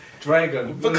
Dragon